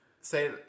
say